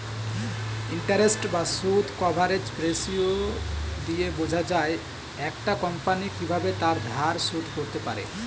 interest বা সুদ coverage ratio দিয়ে বোঝা যায় একটা কোম্পানি কিভাবে তার ধার শোধ করতে পারে